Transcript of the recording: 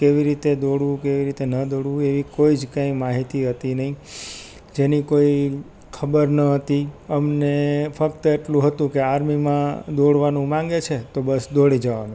કેવી રીતે દોડવું કેવી રીતે ન દોડવું એ કોઈ જ કાંઈ માહિતી હતી નહી જેની કોઈ ખબર ન હતી અમને ફક્ત એટલું હતું કે આર્મીમાં દોડવાનું માંગે છે તો બસ દોડી જાવાનું